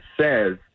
says